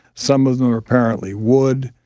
some of them apparently wood.